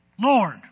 Lord